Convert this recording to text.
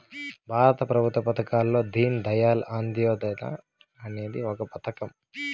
భారత ప్రభుత్వ పథకాల్లో దీన్ దయాళ్ అంత్యోదయ అనేది ఒక పథకం